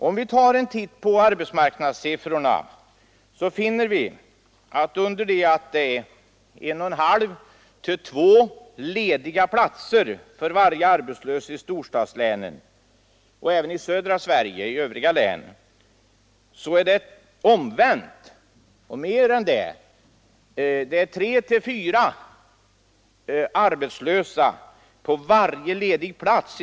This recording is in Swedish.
Om vi tar en titt på arbetsmarknadssiffrorna finner vi att under det att det finns 1 1/2—2 lediga platser för varje arbetslös i storstadslänen och även i övriga län i södra Sverige så är det omvänt i skogslänen och mer än det; 3—4 arbetslösa på varje ledig plats.